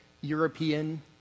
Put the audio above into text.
European